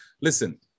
listen